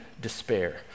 despair